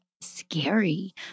scary